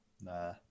Nah